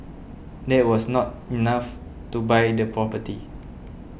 that was not enough to buy the property